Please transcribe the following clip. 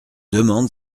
demande